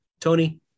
Tony